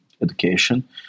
education